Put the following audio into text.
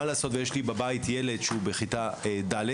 מה לעשות ויש לי בבית ילד שהוא בכיתה ד',